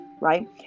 right